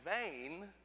vain